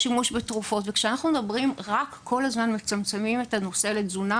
כשאנחנו מצמצמים את הנושא הזה לתזונה,